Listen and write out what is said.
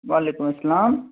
وعلیکُم السلام